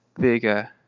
bigger